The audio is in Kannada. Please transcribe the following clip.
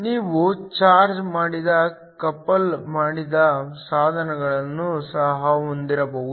ನೀವು ಚಾರ್ಜ್ ಮಾಡಿದ ಕಪಲ್ ಮಾಡಿದ ಸಾಧನಗಳನ್ನು ಸಹ ಹೊಂದಿರಬಹುದು